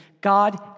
God